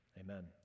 Amen